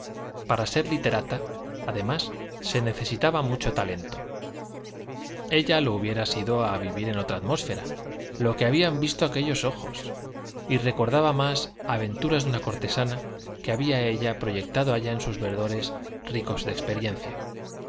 para ser literata además se necesitaba mucho talento ella lo hubiera sido a vivir en otra atmósfera lo que habían visto aquellos ojos y recordaba unas aventuras de una cortesana que había ella proyectado allá en sus verdores ricos de experiencia